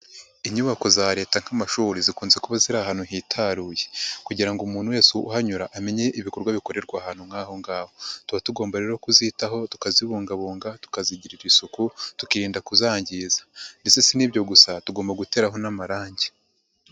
Inyubako za leta nk'amashuri zikunze kuba ziri ahantu hitaruye kugira ngo umuntu wese uhanyura amenye ibikorwa bikorerwa ahantu nk'aho ngaho. Tuba tugomba rero kuzitaho, tukazibungabunga, tukazigirira isuku, tukirinda kuzangiza ndetse si n'ibyo gusa, tugomba guteraho n'amarangi.